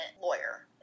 lawyer